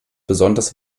besonders